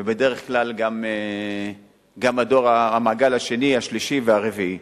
ובדרך כלל גם המעגל השני, השלישי והרביעי.